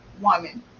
woman